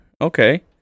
Okay